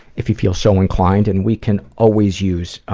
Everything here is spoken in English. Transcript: if you feel so inclined, and we can always use